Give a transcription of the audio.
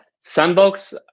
Sandbox